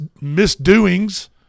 misdoings